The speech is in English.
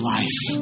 life